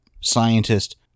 scientist